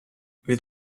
від